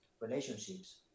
relationships